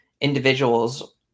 individuals